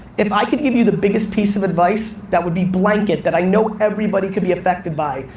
if i can give you the biggest pieces of advice, that would be blanket, that i know everybody could be affected by,